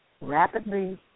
rapidly